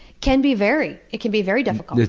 can be very. it can be very difficult.